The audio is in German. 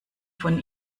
von